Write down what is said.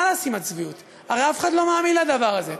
חלאס עם הצביעות, הרי אף אחד לא מאמין לדבר הזה.